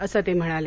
असं ते म्हणाले